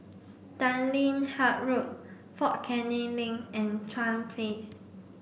Tanglin Halt Road Fort Canning Link and Chuan Place